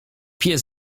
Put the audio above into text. pies